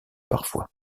parfois